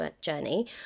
journey